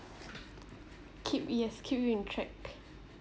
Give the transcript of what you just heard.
keep yes keep you in track